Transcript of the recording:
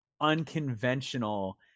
unconventional